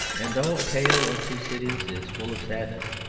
and though a tale of two cities is full of sadness,